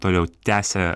toliau tęsia